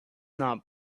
not